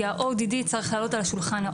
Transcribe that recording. כי ה- ODD צריך לעלות על השולחן.